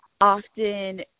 Often